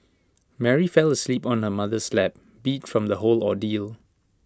Mary fell asleep on her mother's lap beat from the whole ordeal